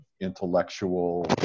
intellectual